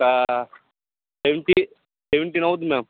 ఒక twenty seventeen అవుద్ది ma'am